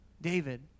David